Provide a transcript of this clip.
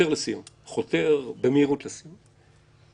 חותר במהירות לסיום.